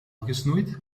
gesnoeid